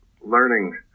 learning